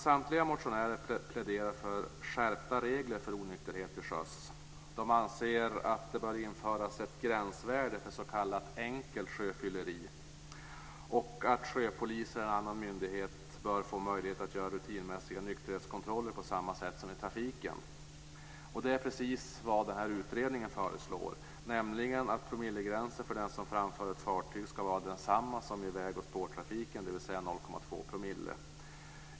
Samtliga motionärer pläderar för skärpta regler för onykterhet till sjöss. De anser att det bör införas ett gränsvärde för s.k. enkelt sjöfylleri och att sjöpolis eller annan myndighet bör få möjlighet att göra rutinmässiga nykterhetskontroller på samma sätt som i trafiken. Det är precis vad den här utredningen föreslår, nämligen att promillegränsen för den som framför ett fartyg ska vara densamma som vid väg och spårtrafiken, dvs. 0,2 %.